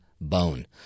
bone